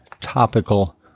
topical